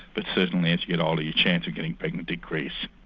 but certainly as you get older your chance of getting pregnant decreases.